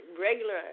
Regular